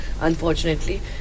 unfortunately